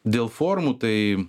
dėl formų tai